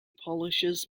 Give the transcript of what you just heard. polishes